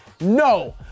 No